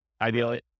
Ideally